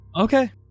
Okay